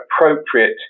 appropriate